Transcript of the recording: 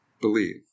believe